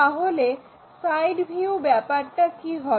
তাহলে side view ব্যাপারটা কি হবে